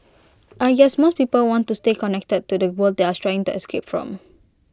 I guess most people want to stay connected to the world they are trying to escape from